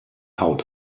haut